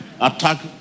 Attack